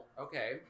Okay